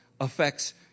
affects